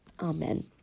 Amen